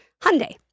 Hyundai